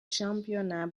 championnat